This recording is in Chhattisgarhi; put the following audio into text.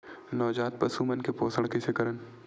नवजात पशु मन के पोषण कइसे करन?